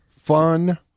fun